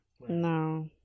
No